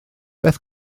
beth